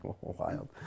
Wild